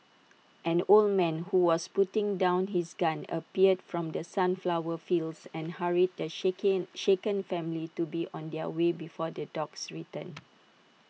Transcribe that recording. an old man who was putting down his gun appeared from the sunflower fields and hurried the shaken shaken family to be on their way before the dogs return